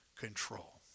control